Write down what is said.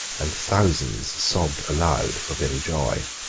and thousands sobbed aloud for very joy.